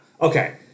Okay